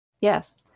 Yes